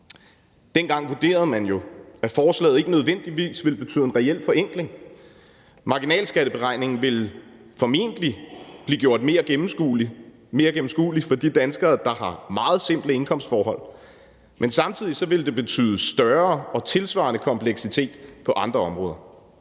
Dengang vurderede man, at forslaget ikke nødvendigvis ville betyde en reel forenkling. Marginalskatteberegningen ville formentlig blive gjort mere gennemskuelig for de danskere, der har meget simple indkomstforhold, men samtidig ville det betyde større og tilsvarende kompleksitet på andre områder.